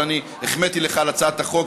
אבל אני החמאתי לך על הצעת החוק,